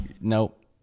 nope